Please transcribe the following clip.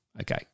Okay